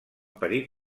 perir